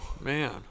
Man